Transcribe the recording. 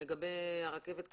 לגבי הרכבת הקלה,